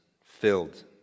filled